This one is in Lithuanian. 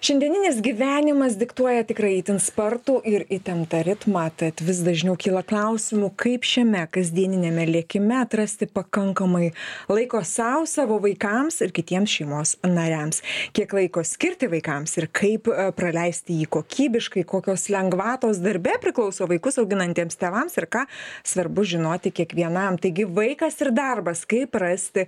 šiandieninis gyvenimas diktuoja tikrai itin spartų ir įtemptą ritmą tad vis dažniau kyla klausimų kaip šiame kasdieniniame likime atrasti pakankamai laiko sau savo vaikams ir kitiems šeimos nariams kiek laiko skirti vaikams ir kaip praleisti jį kokybiškai kokios lengvatos darbe priklauso vaikus auginantiems tėvams ir ką svarbu žinoti kiekvienam taigi vaikas ir darbas kaip rasti